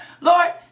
Lord